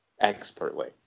expertly